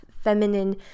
feminine